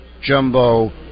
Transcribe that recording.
jumbo